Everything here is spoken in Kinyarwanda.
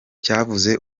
cyavuze